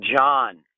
John